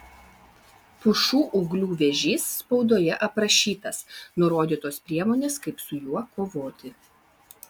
pušų ūglių vėžys spaudoje aprašytas nurodytos priemonės kaip su juo kovoti